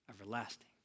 everlasting